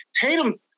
Tatum